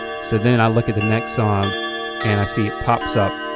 so then i look at the next song and i see it pops up,